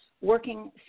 working